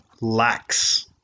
lacks